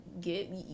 Get